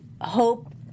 Hope